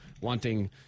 wanting